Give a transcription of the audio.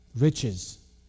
Riches